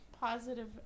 positive